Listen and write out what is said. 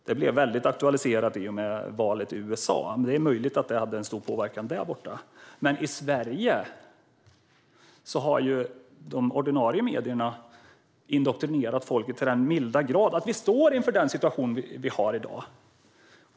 Det blev väldigt aktualiserat i och med valet i USA, och det är möjligt att det hade en stor påverkan där borta. Men i Sverige har de ordinarie medierna indoktrinerat folket till den milda grad att vi står inför den situation som vi har i dag.